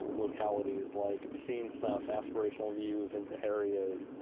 locality is like. seeing stuff, aspirational views into areas,